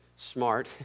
smart